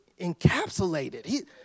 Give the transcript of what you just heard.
encapsulated